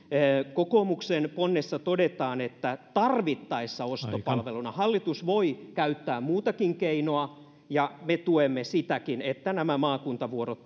kokoomuksen ponnessa todetaan että tarvittaessa ostopalveluna hallitus voi käyttää muutakin keinoa ja me tuemme sitäkin että nämä maakuntavuorot